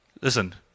listen